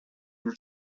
this